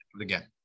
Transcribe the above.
Again